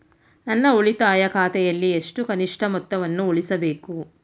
ನನ್ನ ಉಳಿತಾಯ ಖಾತೆಯಲ್ಲಿ ಎಷ್ಟು ಕನಿಷ್ಠ ಮೊತ್ತವನ್ನು ಉಳಿಸಬೇಕು?